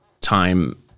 time